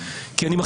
זאת אומרת,